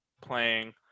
playing